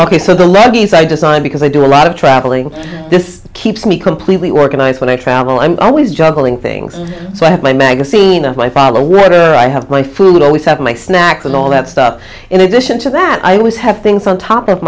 ok so the levees i designed because i do a lot of traveling this keeps me completely organized when i travel i'm always juggling things so i have my magazine i pod or whether i have my food i always have my snacks and all that stuff in addition to that i always have things on top of